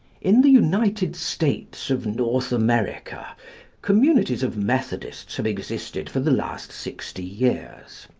in the united states of north america communities of methodists have existed for the last sixty years.